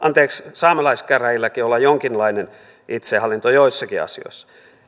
saamelaiskäräjilläkin olla jonkinlainen itsehallinto joissakin asioissa